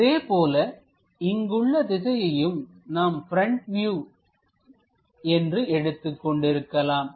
அதேபோல இங்குள்ள திசையையும் நாம் ப்ரெண்ட் வியூ என்று எடுத்துக் கொண்டிருக்கலாம்